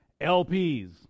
LPs